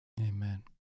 Amen